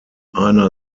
einer